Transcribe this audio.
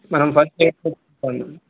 మనం